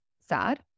sad